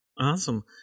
Awesome